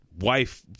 wife